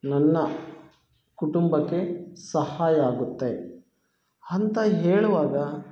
ನನ್ನ ಕುಟುಂಬಕ್ಕೆ ಸಹಾಯ ಆಗುತ್ತೆ ಅಂತ ಹೇಳುವಾಗ